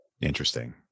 Interesting